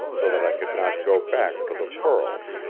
so that i could not go back for the pearls